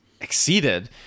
exceeded